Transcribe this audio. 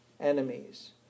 enemies